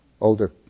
older